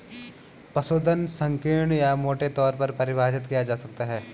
पशुधन संकीर्ण या मोटे तौर पर परिभाषित किया जा सकता है